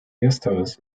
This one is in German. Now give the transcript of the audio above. ersteres